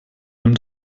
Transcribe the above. dem